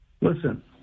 Listen